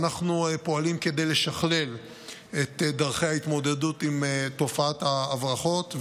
אנחנו פועלים כדי לשכלל את דרכי ההתמודדות עם תופעת ההברחות.